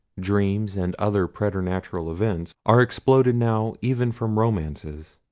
dreams, and other preternatural events, are exploded now even from romances.